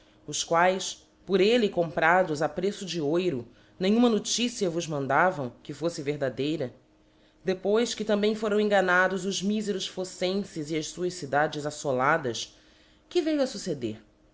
os quaes por elle comprados a preço de oiro nenhuma noticia vos mandavam que folfe verdadeira depois que também foram enganados os miferos phocenfes e as fuás cidades aífoladai que veiu a fucceder